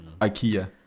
ikea